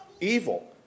evil